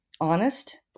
honest